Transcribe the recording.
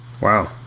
Wow